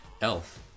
Elf